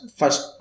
first